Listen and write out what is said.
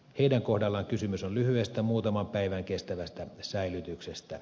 heidän kohdallaan kysymys on lyhyestä muutaman päivän kestävästä säilytyksestä